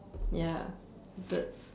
ya desserts